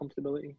Comfortability